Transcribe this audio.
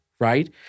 right